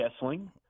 Kessling